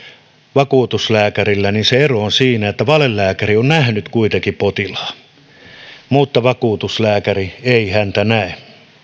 vakuutuslääkärillä niin se ero on siinä että valelääkäri on nähnyt kuitenkin potilaan mutta vakuutuslääkäri ei häntä näe